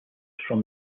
from